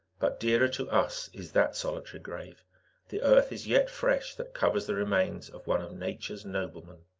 but dearer to us is that solitary grave the earth is yet fresh that covers the remains of one of nature's noblemen.